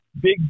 big